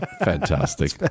Fantastic